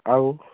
ଆଉ